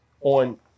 on